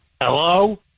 Hello